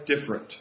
different